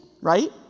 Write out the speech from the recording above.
right